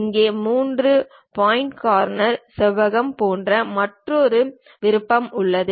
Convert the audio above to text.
இங்கே 3 point corner செவ்வகம் போன்ற மற்றொரு விருப்பம் உள்ளது